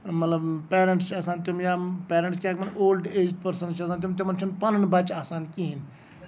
مطلب پیرینٹس چھِ آسان تِم یا پیرینٹس کیاہ تِمن یا یِم اولڈ ایج پٔرسَنز چھِ آسان تِم تِمن چھُنہٕ پَنُن بَچہٕ آسان کِہینۍ نہٕ